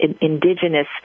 indigenous